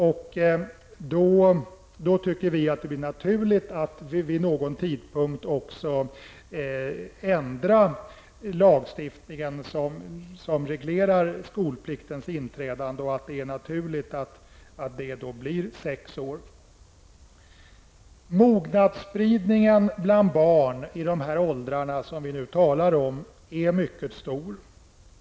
Vi tycker då att det blir naturligt att vid någon tidpunkt också ändra lagstiftningen som reglerar skolpliktens inträdande och att det då blir vid sex år. Mognadsspridningen bland barn i de här åldrarna som vi nu talar om är mycket stor.